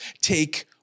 take